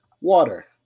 water